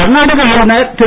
கர்நாடக ஆளுனர் திரு